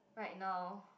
right now